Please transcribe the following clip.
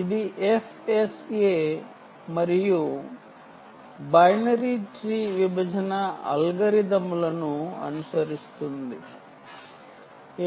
ఇది FSA మరియు binary tree విభజన అల్గారిథమ్ లను అనుసరిస్తుంది